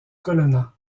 colonna